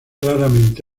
raramente